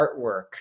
artwork